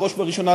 בראש ובראשונה,